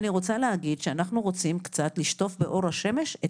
ואני רוצה להגיד שאנחנו רוצים קצת לשטוף באור השמש את